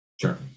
Sure